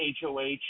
HOH